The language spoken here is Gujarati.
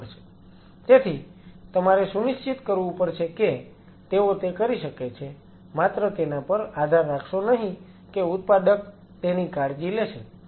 તેથી તમારે સુનિશ્ચિત કરવું પડશે કે તેઓ તે કરી શકે છે માત્ર તેના પર આધાર રાખશો નહીં કે ઉત્પાદક તેની કાળજી લેશે